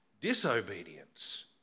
disobedience